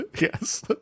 Yes